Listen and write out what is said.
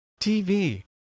TV